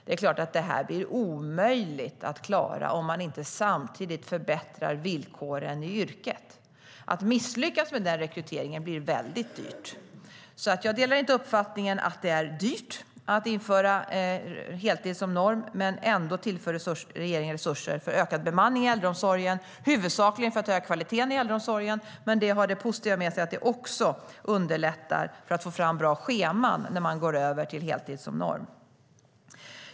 Det är klart att detta blir omöjligt att klara om man inte samtidigt förbättrar villkoren i yrket. Att misslyckas med den rekryteringen blir väldigt dyrt. Jag delar inte uppfattningen att det är dyrt att införa heltid som norm, men ändå tillför regeringen resurser för ökad bemanning i äldreomsorgen, huvudsakligen för att höja kvaliteten i äldreomsorgen, men det för det positiva med sig att det också underlättar för att få fram bra scheman när man går över till heltid som norm.